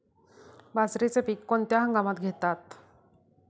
बाजरीचे पीक कोणत्या हंगामात घेतात?